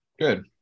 Good